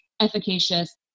efficacious